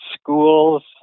schools